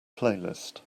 playlist